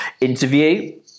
interview